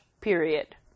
period